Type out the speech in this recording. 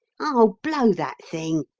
oh, blow that thing!